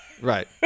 Right